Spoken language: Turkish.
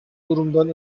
durumdan